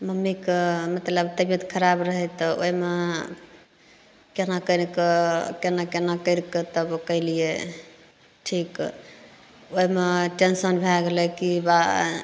मम्मीके मतलब तबियत खराब रहय तऽ ओइमे केना करिकऽ केना केना करिकऽ तब कयलियै ठीक ओइमे टेन्शन भए गेलय की बा